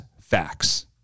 facts